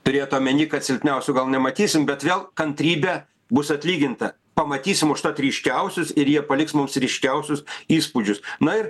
turėt omeny kad silpniausių gal nematysim bet vėl kantrybė bus atlyginta pamatysim užtat ryškiausius ir jie paliks mums ryškiausius įspūdžius na ir